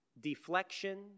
deflection